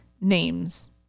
names